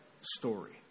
story